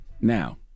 Now